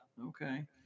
okay